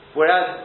Whereas